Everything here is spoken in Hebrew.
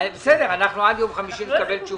אנחנו עד יום חמישי נקבל תשובות.